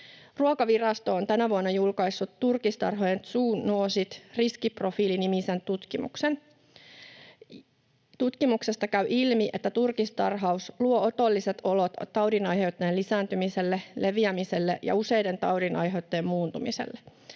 Ruokavirasto on tänä vuonna julkaissut Turkistarhojen zoonoosit — riskiprofiili ‑nimisen tutkimuksen. Tutkimuksesta käy ilmi, että turkistarhaus luo otolliset olot taudinaiheuttajien lisääntymiselle, leviämiselle ja useiden taudinaiheuttajien muuntumiselle.